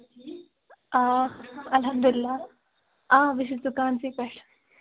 آ الحمدللہ آ بہٕ چھُ دُکانسٕے پیٚٹھ